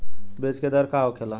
बीज के दर का होखेला?